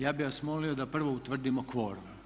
Ja bih vas molio da prvo utvrdimo kvorum.